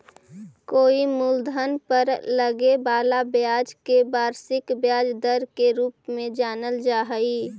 कोई मूलधन पर लगे वाला ब्याज के वार्षिक ब्याज दर के रूप में जानल जा हई